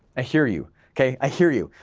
ah hear you, okay, i hear you.